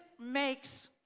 makes